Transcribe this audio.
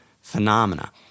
Phenomena